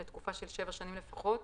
לתקופה של שבע שנים לפחות,